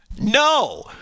No